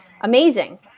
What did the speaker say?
amazing